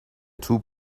توپ